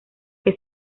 que